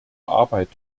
arbeit